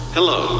Hello